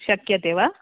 शक्यते वा